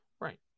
Right